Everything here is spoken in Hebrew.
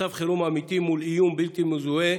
מצב חירום אמיתי מול איום בלתי מזוהה,